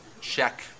check